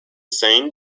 seine